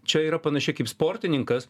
čia yra panašiai kaip sportininkas